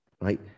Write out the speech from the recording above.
right